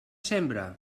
sembre